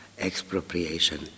expropriation